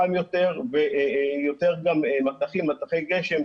חם יותר ויותר מסכי גשם,